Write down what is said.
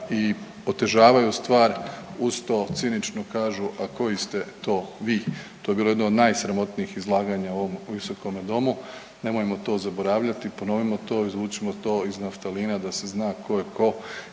i otežavaju stvar uz to cinično kažu a koji ste to vi. To je bilo jedno od najsramotnijih izlaganja u ovom visokome domu, nemojmo to zaboravljati i ponovimo to, izvučimo to iz naftalina da se zna ko je ko